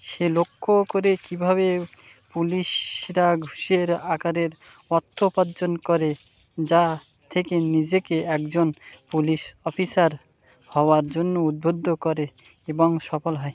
সে লক্ষ্য করে কীভাবে পুলিশরা ঘুষের আকারের অর্থ উপার্জন করে যা থেকে নিজেকে একজন পুলিশ অফিসার হওয়ার জন্য উদ্বুদ্ধ করে এবং সফল হয়